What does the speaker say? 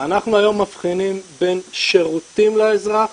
אנחנו היום מבחינים בין שירותים לאזרח